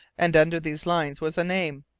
and under these lines was a name,